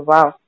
Wow